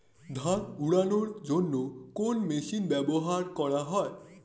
ধান উড়ানোর জন্য কোন মেশিন ব্যবহার করা হয়?